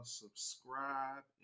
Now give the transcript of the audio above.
subscribe